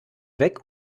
weg